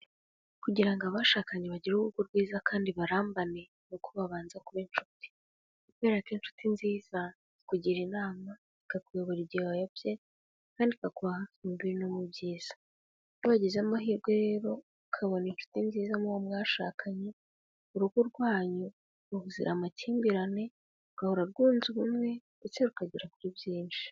Kugira ngo abashakanye bagire urugo rwiza kandi barambane ni uko babanza kuba inshuti. Kubera ko inshuti nziza ikugira inama, ikakuyobora igihe wayobye kandi ikakuba hafi mu bibi no mu byiza. Iyo wagize amahirwe rero ukabona inshuti nziza muwo mwashakanye urugo rwanyu ruzira amakimbirane, rugahora rwunze ubumwe, ndetse rukagera kuri byinshi.